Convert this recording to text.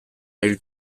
hil